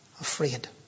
afraid